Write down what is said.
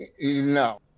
no